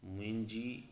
मुंहिंजी